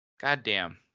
Goddamn